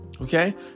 Okay